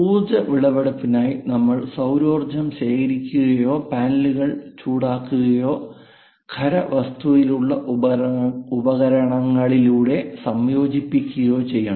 ഊർജ്ജ വിളവെടുപ്പിനായി നമ്മൾ സൌരോർജ്ജം ശേഖരിക്കുകയോ പാനലുകൾ ചൂടാക്കുകയോ ഖരാവസ്ഥയിലുള്ള ഉപകരണങ്ങളിലൂടെ സംയോജിപ്പിക്കുകയോ ചെയ്യണം